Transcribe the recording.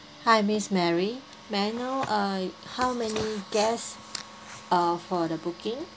hi miss mary may I know uh how many guests uh for the booking